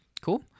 Cool